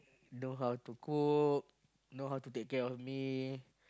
know how to cook know how to take care of me